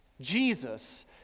Jesus